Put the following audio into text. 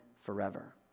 forever